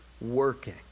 working